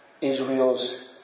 Israel's